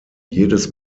jedes